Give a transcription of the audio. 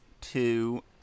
two